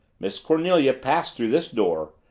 miss cornelia passed through this door,